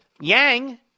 Yang